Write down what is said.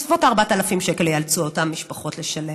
בסביבות 4,000 שקל ייאלצו אותן משפחות לשלם.